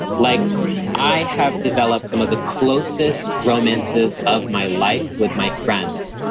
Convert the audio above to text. like i have developed some of the closest romances of my life with my friends,